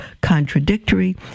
contradictory